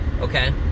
okay